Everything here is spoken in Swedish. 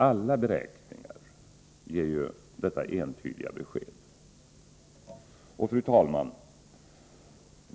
Alla beräkningar ger detta entydiga besked. Fru talman!